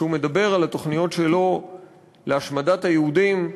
כשהוא מדבר על התוכניות שלו להשמדת היהודים,